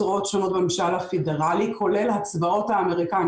זרועות שונות בממשל הפדרלי כולל הצבאות האמריקאים,